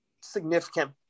significant